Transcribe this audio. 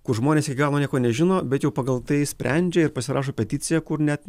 kur žmonės iki galo nieko nežino bet jau pagal tai sprendžia ir pasirašo peticiją kur net